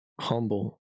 Humble